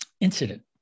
incident